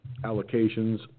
allocations